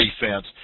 defense